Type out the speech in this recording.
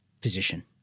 position